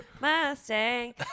Mustang